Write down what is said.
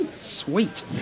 Sweet